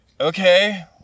okay